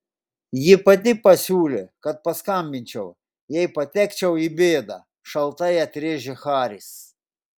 ji pati pasiūlė kad paskambinčiau jei patekčiau į bėdą šaltai atrėžė haris